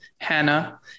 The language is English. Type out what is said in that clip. Hannah